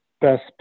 best